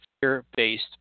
fear-based